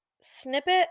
snippet